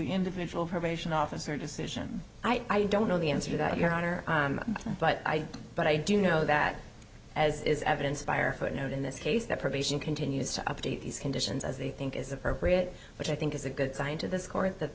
individual probation officer decision i don't know the answer to that your honor but i but i do know that as is evidenced by our footnote in this case that probation continues to update these conditions as they think is appropriate which i think is a good sign to this court that